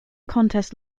contest